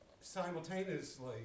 simultaneously